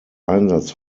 einsatz